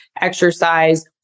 exercise